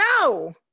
No